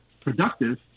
productive